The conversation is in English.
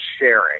sharing